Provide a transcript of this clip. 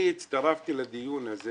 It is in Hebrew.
אני הצטרפתי לדיון הזה